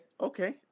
okay